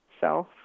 self